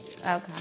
Okay